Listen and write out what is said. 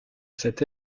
cet